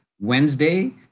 Wednesday